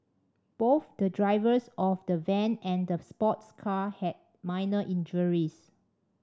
both the drivers of the van and the sports car had minor injuries